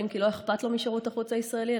כי לא אכפת לו משירות החוץ הישראלי,